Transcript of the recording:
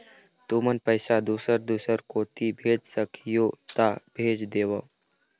तुमन पैसा दूसर दूसर कोती भेज सखीहो ता भेज देवव?